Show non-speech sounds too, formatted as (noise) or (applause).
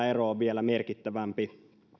(unintelligible) ero on vielä merkittävämpi